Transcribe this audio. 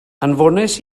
anfonais